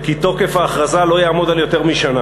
וכי תוקף ההכרזה לא יעמוד על יותר משנה.